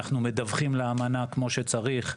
אנחנו מדווחים לאמנה כמו שצריך,